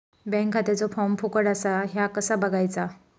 Bank खात्याचो form फुकट असा ह्या कसा बगायचा?